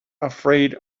afraid